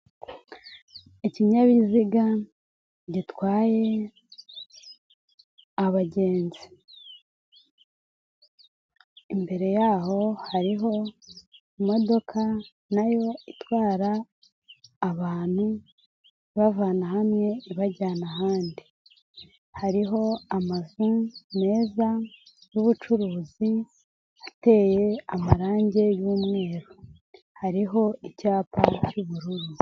Ikinyabiziga gitwaye abagenzi. Imbere yaho hariho imodoka nayo itwara abantu ibavana hamwe ibajyana ahandi. Hariho amazu meza y'ubucuruzi ateye amarangi y'umweru hariho icyapa cy'ubururu.